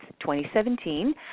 2017